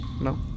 no